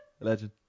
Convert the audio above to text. Legend